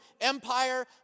Empire